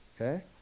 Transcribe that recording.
Okay